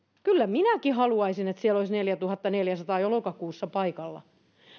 kyllä minäkin haluaisin että siellä olisi neljätuhattaneljäsataa jo lokakuussa paikalla